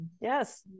Yes